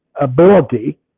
ability